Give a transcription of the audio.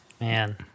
man